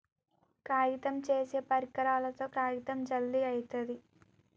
కాగితం చేసే పరికరాలతో కాగితం జల్ది అయితది